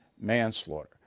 manslaughter